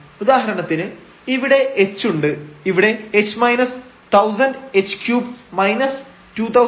ഉദാഹരണത്തിന് ഇവിടെ h ഉണ്ട് ഇവിടെ h 1000 h3 2000h3